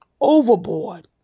overboard